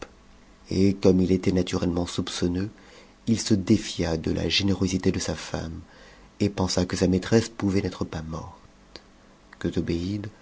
et comme il était naturellement soupçonneux il se défia de la générosité de sa femme et pensa que sa maltresse pouvait n'être pas morte